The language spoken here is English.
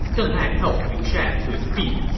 deng ai helped liu shan to his feet,